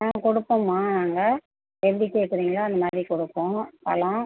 ஆ கொடுப்போம்மா நாங்கள் எப்படி கேட்குறீங்க அந்த மாதிரி கொடுப்போம் பழம்